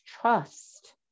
trust